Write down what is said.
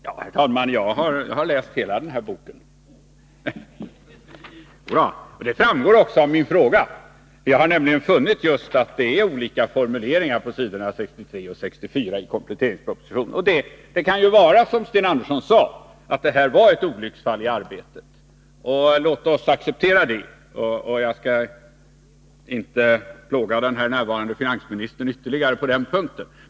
Herr talman! Jag har läst hela den här boken, och det framgår också av min fråga. Jag har funnit att det är olika formuleringar på s. 63 och 64 i kompletteringspropositionen. Det kan ju vara som Sten Andersson sade, att det är fråga om ett olycksfall i arbetet. Låt oss acceptera det. Jag skall inte plåga den här närvarande finansministern ytterligare på den punkten.